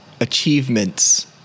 achievements